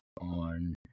on